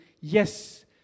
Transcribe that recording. Yes